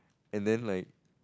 and then like